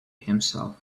himself